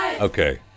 Okay